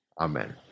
Amen